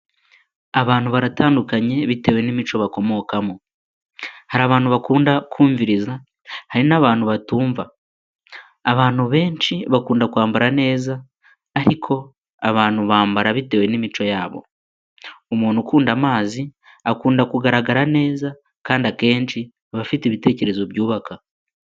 Abantu baratandukanye bitewe n'imico bakomokamo. Hari abantu bakunda kumviriza, hari n'abantu batumva. Abantu benshi bakunda kwambara neza ariko abantu bambara bitewe n'imico yabo. Umuntu ukunda amazi, akunda kugaragara neza kandi akenshi aba afite ibitekerezo byubaka.